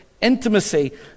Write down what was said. intimacy